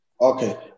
Okay